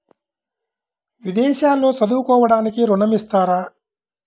విదేశాల్లో చదువుకోవడానికి ఋణం ఇస్తారా?